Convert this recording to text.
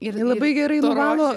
ir labai gerai nuvalo